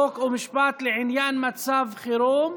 חוק ומשפט לעניין מצב חירום.